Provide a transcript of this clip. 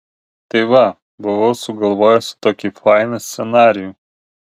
tai va buvau sugalvojusi tokį fainą scenarijų